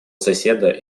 соседа